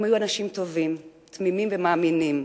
הם היו אנשים טובים, תמימים ומאמינים.